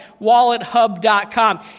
WalletHub.com